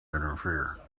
interfere